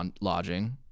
lodging